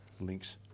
links